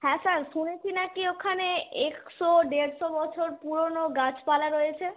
হ্যাঁ স্যার শুনেছি নাকি ওখানে একশো ডেড়শো বছর পুরোনো গাছপালা রয়েছে